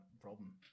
problem